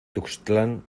tuxtlan